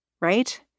Right